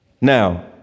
Now